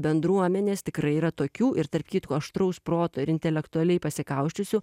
bendruomenės tikrai yra tokių ir tarp kitko aštraus proto ir intelektualiai pasikausčiusių